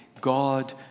God